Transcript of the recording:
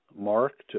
marked